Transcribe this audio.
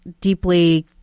deeply